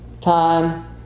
time